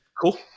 cool